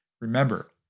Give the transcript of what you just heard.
Remember